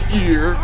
year